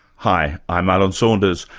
hi, i'm alan saunders,